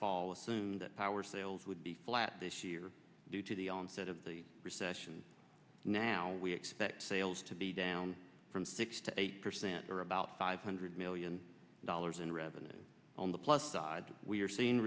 fall assumed power sales would be flat this year due to the onset of the recession now we expect sales to be down from six to eight percent or a about five hundred million dollars in revenue on the plus side we are seeing